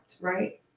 right